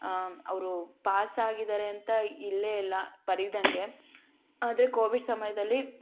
ಅವರು ಪಾಸ್ ಆಗಿದ್ದಾರೆ ಅಂತ ಇಲ್ವೇ ಇಲ್ಲ ಬರೀದಂಗೆ ಆದರೆ ಕೋವಿಡ್ ಸಮಯದಲ್ಲಿ